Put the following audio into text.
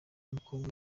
mukobwa